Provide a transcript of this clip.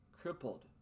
Crippled